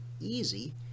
easy